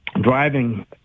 driving